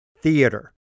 theater